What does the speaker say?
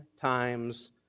times